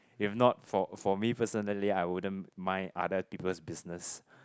if not for for me personally I wouldn't mind other people's business